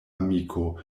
amiko